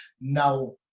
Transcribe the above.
now